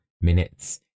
minutes